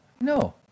No